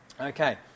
Okay